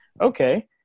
Okay